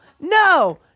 no